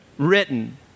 written